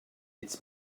its